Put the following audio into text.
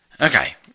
Okay